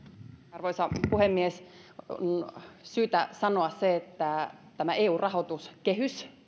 arvoisa puhemies on syytä sanoa se että tämä eun rahoituskehys